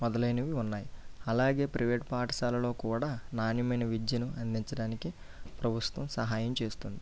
మొదలైనవి ఉన్నాయి అలాగే ప్రైవేట్ పాఠశాలలో కూడా నాణ్యమైన విద్యను అందించడానికి ప్రభుత్వం సహాయం చేస్తుంది